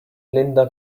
linda